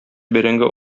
бәрәңге